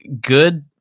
good